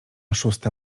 szósta